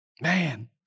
Man